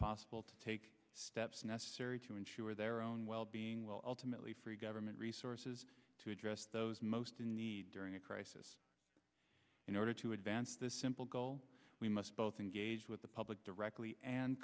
possible to take steps necessary to ensure their own well being will ultimately free government resources to address those most in need during a crisis in order to advance this simple goal we must both engage with the public directly and